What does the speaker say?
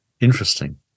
Interesting